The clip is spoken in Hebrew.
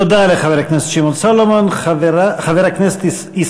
תודה לחבר הכנסת שמעון סולומון.